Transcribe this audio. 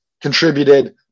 contributed